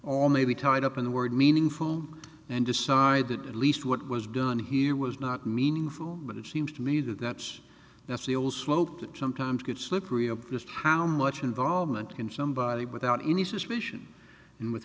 or maybe tied up in the word meaningful and decided at least what was done here was not meaningful but it seems to me that that's that's the whole slope that sometimes gets slippery of just how much involvement in somebody without any suspicion and with